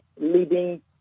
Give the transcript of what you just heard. leading